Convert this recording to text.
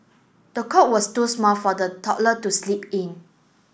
the cot was too small for the toddler to sleep in